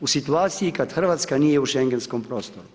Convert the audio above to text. u situaciji kad Hrvatska nije u Schengenskom prostoru.